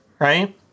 right